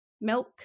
milk